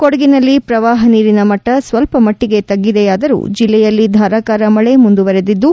ಕೊಡಗಿನಲ್ಲಿ ಪ್ರವಾಹ ನೀರಿನ ಮಟ್ಟ ಸ್ವಲ್ಲ ಮಟ್ಟಗೆ ತಗ್ಗಿದೆಯಾದರೂ ಜಿಲ್ಲೆಯಲ್ಲಿ ಧಾರಕಾರ ಮಕೆ ಮುಂದುವರೆದಿದ್ದು